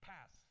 Pass